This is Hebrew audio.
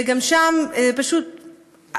וגם שם זה unbelievable,